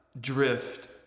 drift